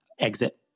Exit